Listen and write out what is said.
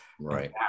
Right